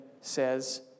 says